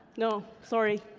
no, sorry.